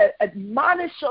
Admonish